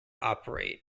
operate